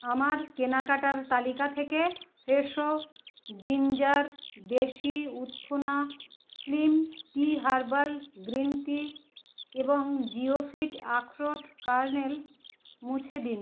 আমার কেনাকাটার তালিকা থেকে ফ্রেশো জিঞ্জার দেশি উত্থনা slim tea herbal green tea এবং জিওফিট আখরোট কার্নেল মুছে দিন